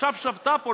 שעכשיו שבתה פה,